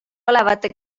olevate